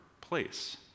place